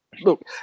look